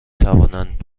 توانند